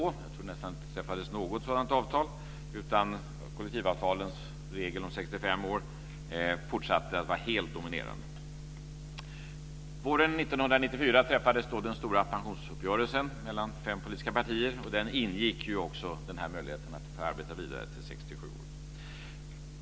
Jag tror att det knappt träffades något sådant avtal, utan kollektivavtalens regel om 65 år fortsatte att vara helt dominerande. Våren 1994 träffades den stora pensionsuppgörelsen mellan fem politiska partier. I den ingick också möjligheten att arbeta vidare till 67 år.